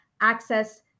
access